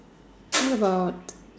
what about